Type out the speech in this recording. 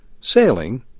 sailing